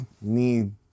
need